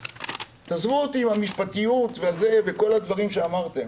תעזבו אותי מנושא המשפט וכל הדברים שאמרתם,